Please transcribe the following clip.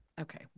Okay